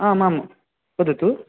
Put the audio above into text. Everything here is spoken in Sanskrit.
आम् आम् वदतु